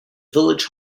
village